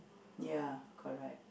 ya correct